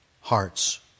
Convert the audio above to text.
hearts